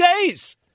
days